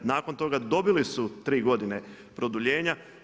Nakon toga dobili su 3 godine produljenja.